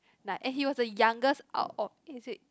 like and he was the youngest out of is it